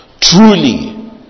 Truly